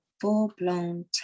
full-blown